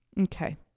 Okay